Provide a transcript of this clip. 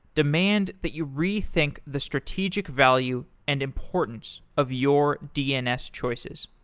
demand that you rethink the strategic value and importance of your dns choices.